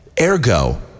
Ergo